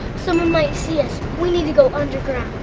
someone might see us. we need to go underground.